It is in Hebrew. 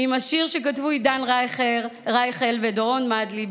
מהשיר שכתבו עידן רייכל ודורון מדלי,